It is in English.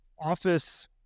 office